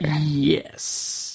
yes